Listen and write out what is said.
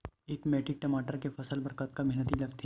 एक मैट्रिक टमाटर के फसल बर कतका मेहनती लगथे?